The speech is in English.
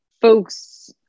folks